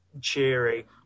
cheery